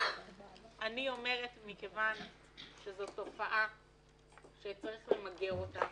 מכיוון שזו תופעה שצריך למגר אותה